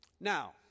Now